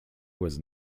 was